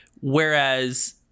Whereas